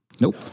Nope